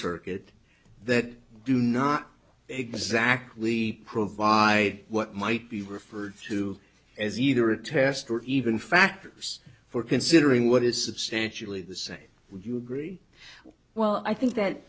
circuit that do not exactly provide what might be referred to as either a test or even factors for considering what is substantially the same would you agree well i think that